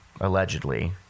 allegedly